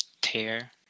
tear